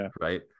right